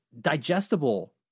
digestible